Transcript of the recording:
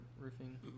roofing